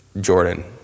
Jordan